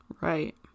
right